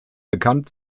bekannt